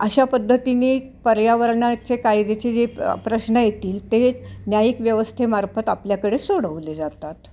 अशा पद्धतीने पर्यावरणाचे कायदेचे जे प्रश्न येतील ते न्यायिक व्यवस्थेमार्फत आपल्याकडे सोडवले जातात